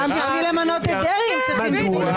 גם בשביל למנות את דרעי הם צריכים את ביטול עילת הסבירות.